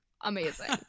amazing